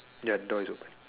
ya the door is open